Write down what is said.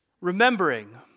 Remembering